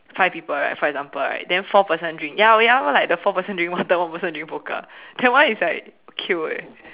five people right for example right then four person drink ya ya like the four person drink water one person drink vodka that one is like will kill eh